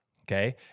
okay